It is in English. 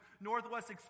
Northwest